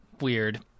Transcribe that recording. Weird